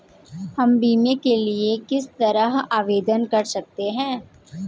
हम बीमे के लिए किस तरह आवेदन कर सकते हैं?